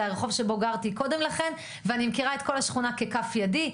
זה הרח' שבו גרתי קודם לכן ואני מכירה את כל השכונה ככף ידי,